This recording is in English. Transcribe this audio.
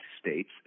states